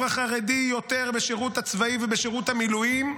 החרדי יותר בשירות הצבאי ובשירות המילואים,